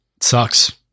sucks